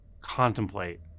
contemplate